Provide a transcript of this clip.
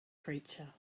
creature